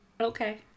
Okay